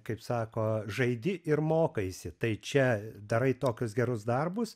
kaip sako žaidi ir mokaisi tai čia darai tokius gerus darbus